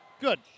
Good